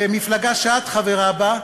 מפלגה שאת חברה בה.